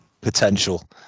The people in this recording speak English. potential